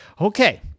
Okay